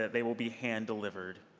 they will be hand-delivered.